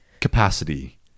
capacity